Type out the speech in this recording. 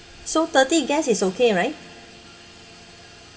so thirty guests is okay right